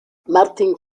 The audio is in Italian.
martin